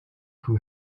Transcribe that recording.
who